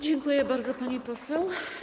Dziękuję bardzo, pani poseł.